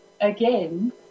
again